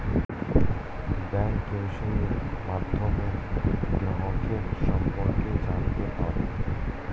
bank কেওয়াইসির মাধ্যমে গ্রাহকের সম্পর্কে জানতে পারে